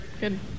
good